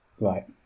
Right